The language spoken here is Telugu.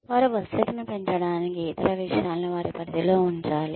వారు వశ్యతను పెంచడానికి ఇతర విషయాలను వారి పరిధిలో ఉంచాలి